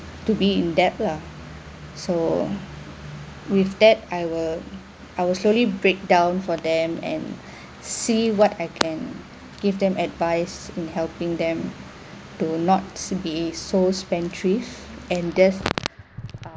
to be in debt lah so with that I will I will slowly breakdown for them and see what I can give them advice in helping them to not to be so spendthrift and that um